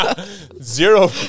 zero